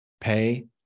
pay